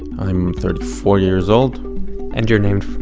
i'm thirty-four years old and you're named